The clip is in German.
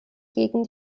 gegen